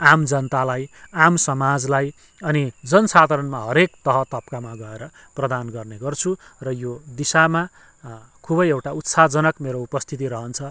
आम जनतालाई आम समाजलाई अनि जनसाधारणमा हरेक तह तप्कामा गएर प्रदान गर्ने गर्छु र यो दिशामा खुबै एउटा उत्साहजनक मेरो उपस्थिति रहन्छ